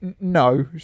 No